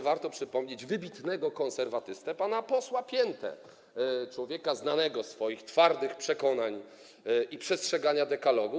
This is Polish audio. Warto też przypomnieć wybitnego konserwatystę pana posła Piętę, człowieka znanego ze swoich twardych przekonań i przestrzegania Dekalogu.